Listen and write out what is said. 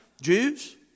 Jews